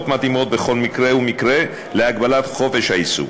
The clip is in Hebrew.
מתאימות בכל מקרה ומקרה להגבלת חופש העיסוק.